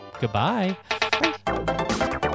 Goodbye